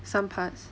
some parts